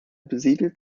besiedelt